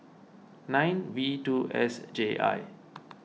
nine V two S J I